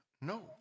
No